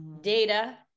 data